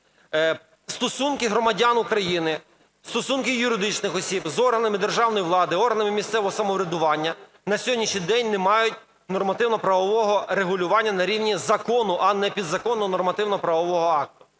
Стосунки громадян України, стосунки юридичних осіб з органами державної влади, органами місцевого самоврядування на сьогоднішній день не мають нормативно-правового регулювання на рівні закону, а не підзаконного нормативно-правового акту.